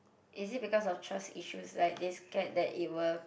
is it because of trust issues like they scared that it will